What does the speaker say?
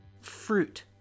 Fruit